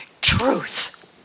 truth